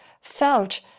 felt